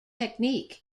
technique